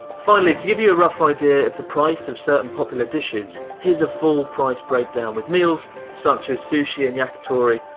finally to give you a rough idea of the price of certain popular dishes, here's a full price breakdown with meals such as sushi and yakitori,